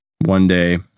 one-day